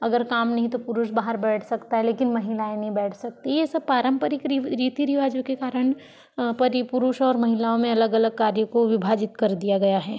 अगर काम नहीं तो पुरुष बाहर बैठ सकता है लेकिन महिलाएं नहीं बैठ सकती ये सब पारंपरिक रीति रिवाजों के कारण पुरुष और महिलाओं में अलग अलग कार्यों को विभाजित कर दिया गया है